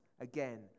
Again